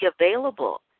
available